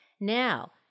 Now